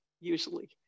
usually